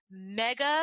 mega